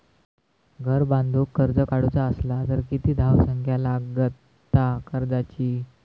घर बांधूक कर्ज काढूचा असला तर किती धावसंख्या लागता कर्जाची?